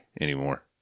anymore